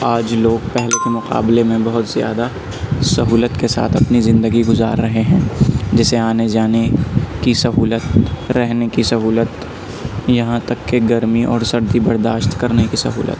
آج لوگ پہلے کے مقابلے میں بہت زیادہ سہولت کے ساتھ اپنی زندگی گزار رہے ہیں جیسے آنے جانے کی سہولت رہنے کی سہولت یہاں تک کہ گرمی اور سردی برداشت کرنے کی سہولت